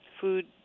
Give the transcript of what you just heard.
food